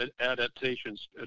adaptations